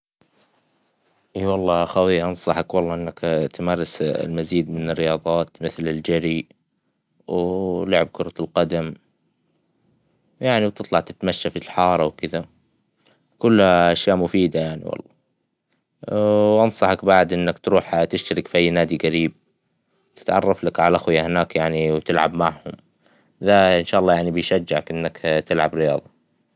يلا أخوى أنصحك والله إنك تمارس المزيد من الرياظات مثل الجرى ، ولعب كرة القدم يعنى بتطلع تتمشى فى الحارة وكدة، كلها أشياء مفيدة يعنى والله وأنصحك بعد إنك تروح تشترك فى أى نادى قريب وتتعرفلك على الإخوة هناك يعنى وتلعب معهم ده الى إن شاء الله يعنى بيشجعك إنك تلعب رياظة.